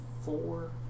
four